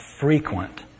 frequent